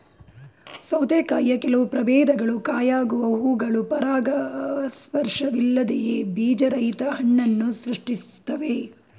ಸೌತೆಕಾಯಿಯ ಕೆಲವು ಪ್ರಭೇದಗಳು ಕಾಯಾಗುವ ಹೂವುಗಳು ಪರಾಗಸ್ಪರ್ಶವಿಲ್ಲದೆಯೇ ಬೀಜರಹಿತ ಹಣ್ಣನ್ನು ಸೃಷ್ಟಿಸ್ತವೆ